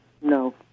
No